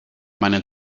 meine